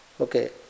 Okay